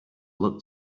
look